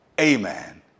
amen